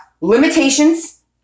limitations